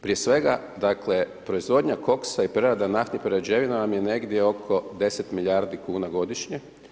Prije svega dakle, proizvodnja KOKS-a i prerada naftnih prerađevina vam je negdje oko 10 milijardi kn godišnje.